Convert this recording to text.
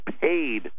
paid